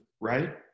right